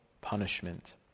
punishment